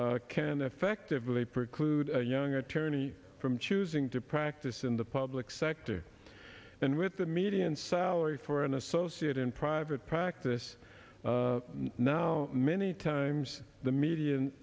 can effectively preclude a young attorney from choosing to practice in the public sector and with the median salary for an associate in private practice now many times the median